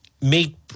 make